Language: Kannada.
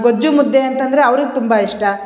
ಗೊಜ್ಜು ಮುದ್ದೆ ಅಂತಂದರೆ ಅವ್ರಿಗೆ ತುಂಬ ಇಷ್ಟ